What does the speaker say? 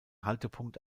haltepunkt